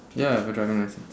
ya I got driving licence